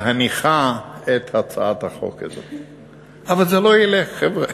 בהניחה את הצעת החוק הזאת, אבל זה לא ילך, חבר'ה.